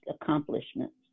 accomplishments